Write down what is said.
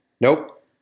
Nope